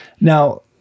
Now